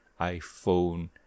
iPhone